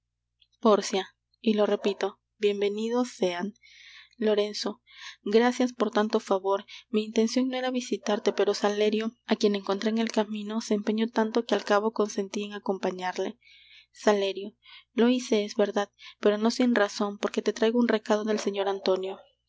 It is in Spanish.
pórcia y lo repito bien venidos sean lorenzo gracias por tanto favor mi intencion no era visitarte pero salerio á quien encontré en el camino se empeñó tanto que al cabo consentí en acompañarle salerio lo hice es verdad pero no sin razon porque te traigo un recado del señor antonio